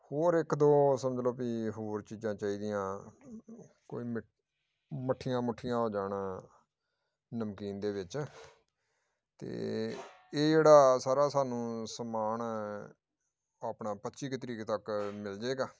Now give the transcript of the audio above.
ਹੋਰ ਇੱਕ ਦੋ ਸਮਝ ਲਓ ਵੀ ਹੋਰ ਚੀਜ਼ਾਂ ਚਾਹੀਦੀਆਂ ਕੋਈ ਮੀ ਮੱਠੀਆਂ ਮੁੱਠੀਆਂ ਹੋ ਜਾਣ ਨਮਕੀਨ ਦੇ ਵਿੱਚ ਅਤੇ ਇਹ ਜਿਹੜਾ ਸਾਰਾ ਸਾਨੂੰ ਸਮਾਨ ਹੈ ਆਪਣਾ ਪੱਚੀ ਕੁ ਤਰੀਕ ਤੱਕ ਮਿਲ ਜਾਵੇਗਾ